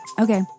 Okay